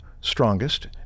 strongest